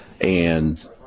and-